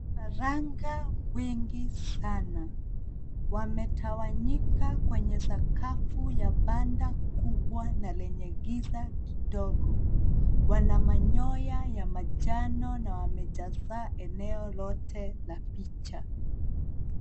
Vifaranga wengi sana wametawanyika kwenye sakafu ya banda kubwa na lenye giza kidogo. Wana manyoya ya manjano na wamejaza eneo lote la picha.